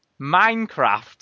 Minecraft